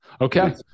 Okay